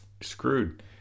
screwed